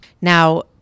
Now